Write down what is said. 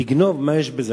לגנוב, מה יש בזה?